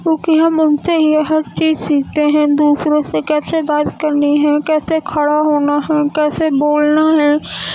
کیوں کہ ہم ان سے ہی ہر چیز سیکھتے ہیں دوسروں سے کیسے بات کرنی ہے کیسے کھڑا ہونا ہے کیسے بولنا ہے